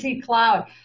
cloud